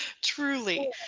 truly